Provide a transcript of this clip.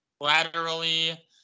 laterally